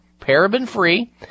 paraben-free